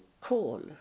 call